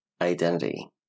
identity